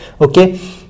okay